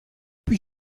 puis